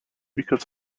because